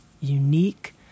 unique